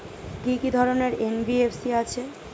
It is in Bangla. কি কি ধরনের এন.বি.এফ.সি আছে?